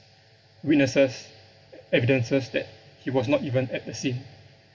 witnesses evidences that he was not even at the scene